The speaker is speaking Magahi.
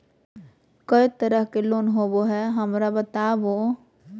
को तरह के लोन होवे हय, हमरा बताबो?